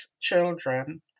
children